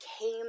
came